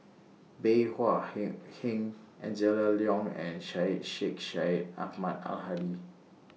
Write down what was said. Bey Hua He Heng Angela Liong and Syed Sheikh Syed Ahmad Al Hadi